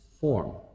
form